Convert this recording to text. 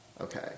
Okay